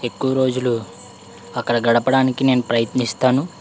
ఎక్కువ రోజులు అక్కడ గడపడానికి నేను ప్రయత్నిస్తాను